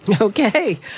Okay